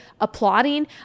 applauding